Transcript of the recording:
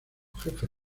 jefe